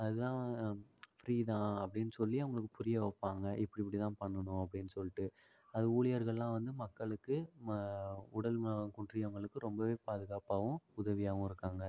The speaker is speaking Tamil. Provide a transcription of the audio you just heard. அது தான் ஃப்ரீதான் அப்படின்னு சொல்லி அவங்களுக்கு புரிய வைப்பாங்க இப்படி இப்படிதான் பண்ணனும் அப்படின்னு சொல்லிட்டு அது ஊழியர்கள்லாம் வந்து மக்களுக்கு ம உடல் நலம் குன்றியவங்களுக்கு ரொம்பவே பாதுகாப்பாகவும் உதவியாகவும் இருக்காங்கள்